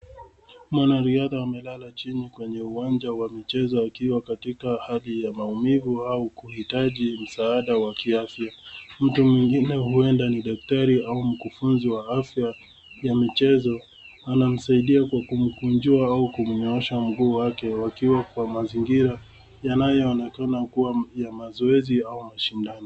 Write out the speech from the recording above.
Mwanariadha amelala chini kwenye uwanja wa michezo akiwa katika hali ya maumivu au kuhitaji msaada wa kiasi. Mtu mwengine huenda ni daktari au mkufunzi wa afya ya michezo anamsaidia kumkunjwa au kumnyoosha mguu wake wakiwa kwa mazingira yanayoonekana kuwa ya mazoezi au mashindano.